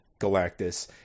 Galactus